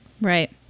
Right